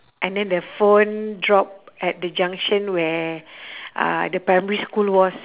and then the phone drop at the junction where uh the primary school was